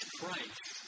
Christ